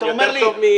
אתה אומר לי,